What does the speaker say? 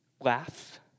laugh